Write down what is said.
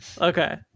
Okay